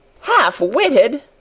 Half-witted